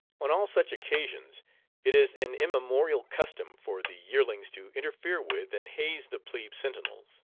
on all such occasions it is an immemorial custom for the yearlings to interfere with and haze the plebe sentinels.